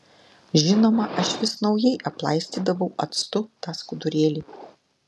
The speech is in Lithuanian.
žinoma aš vis naujai aplaistydavau actu tą skudurėlį